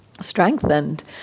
strengthened